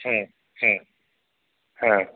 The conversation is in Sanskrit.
ह ह ह